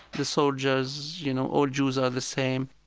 the soldiers, you know, all jews are the same